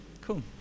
cool